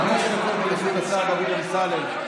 חמש דקות לרשות השר דוד אמסלם,